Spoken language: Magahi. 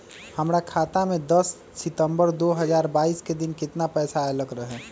हमरा खाता में दस सितंबर दो हजार बाईस के दिन केतना पैसा अयलक रहे?